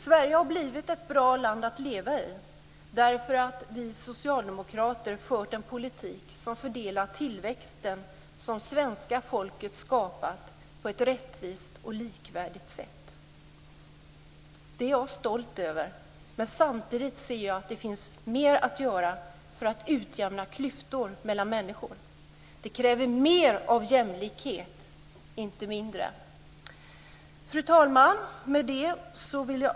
Sverige har blivit ett bra land att leva i därför att vi socialdemokrater fört en politik som fördelat den tillväxt som svenska folket skapat på ett rättvist och likvärdigt sätt. Det är jag stolt över, men samtidigt ser jag att det finns mer att göra för att utjämna klyftor mellan människor. Det kräver mer av jämlikhet, inte mindre. Fru talman!